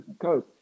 coach